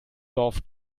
dorf